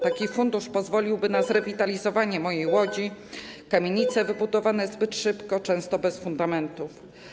Taki fundusz pozwoliłby na zrewitalizowanie mojej Łodzi, kamienic wybudowanych zbyt szybko, często bez fundamentów.